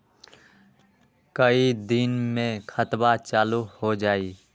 कई दिन मे खतबा चालु हो जाई?